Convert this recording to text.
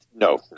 No